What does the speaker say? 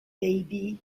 baby